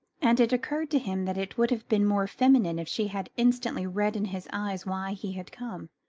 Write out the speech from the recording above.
and it occurred to him that it would have been more feminine if she had instantly read in his eyes why he had come.